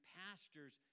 pastors